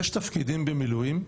יש תפקידים במילואים,